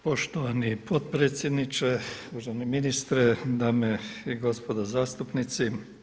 Poštovani potpredsjedniče, uvaženi ministre, dame i gospodo zastupnici.